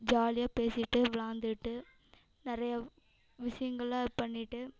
ஜாலியாக பேசிகிட்டு விளாண்டுக்கிட்டு நிறைய விஷியங்களை பண்ணிகிட்டு